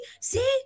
See